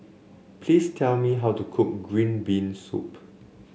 please tell me how to cook Green Bean Soup